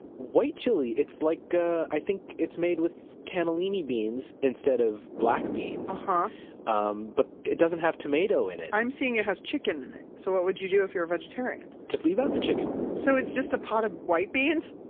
white chili. it's like a, i think it's made with cannellini beans instead of black beans, but um but it doesn't have tomato in it i'm seeing it has chicken in it. so what would you do if you're a vegetarian? just leave out the chicken so it's just a pot of white beans?